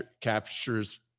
captures